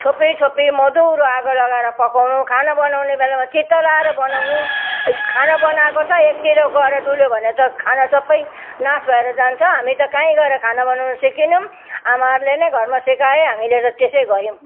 छोपी छोपी मधुरो आगो लगाएर पकाउनु खाना बनाउने बेलामा चित्त लाएर बनाउनु खाना बनाएको छ एकातिर गएर डुल्यो भने त खाना सबै नाश भएर जान्छ हामी त कहीँ गएर खाना बनाउनु सिकेनौँ आमाहरूले नै घरमा सिकाए हामीले त त्यसै गऱ्यौँ